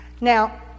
now